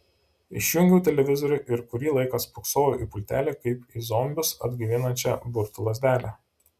išjungiau televizorių ir kurį laiką spoksojau į pultelį kaip į zombius atgaivinančią burtų lazdelę